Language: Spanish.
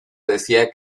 decía